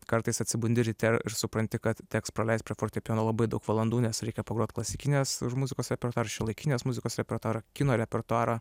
kartais atsibundi ryte ir supranti kad teks praleist prie fortepijono labai daug valandų nes reikia pagrot klasikinės muzikos repertuarą šiuolaikinės muzikos repertuarą kino repertuarą